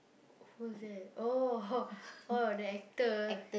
who's that oh the actor